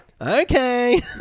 okay